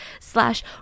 slash